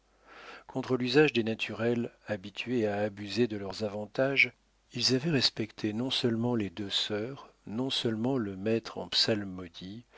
contre l'usage des naturels habitués à abuser de leurs avantages ils avaient respecté non seulement les deux sœurs non seulement le maître en psalmodie